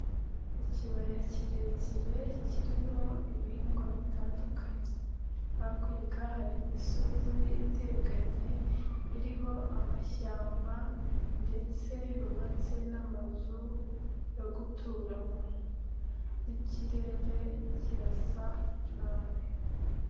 Ikibaya kirekire kirimo ibihingwa bitandukanye, hakurya hari imisozi iteganye iriho amashyamba ndetse yubatse n'amazu yo guturamo n'ikirere kirasa nabi.